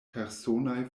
personaj